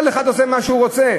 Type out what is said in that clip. כל אחד עושה מה שהוא רוצה.